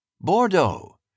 Bordeaux